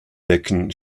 decken